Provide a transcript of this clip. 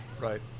Right